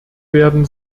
werden